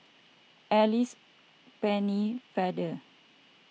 Alice Pennefather